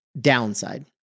downside